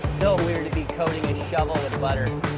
so weird, to be coating a shovel with butter.